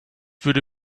würde